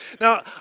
Now